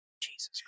Jesus